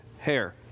hair